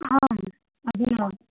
आम् अधुना